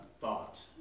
thought